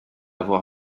voir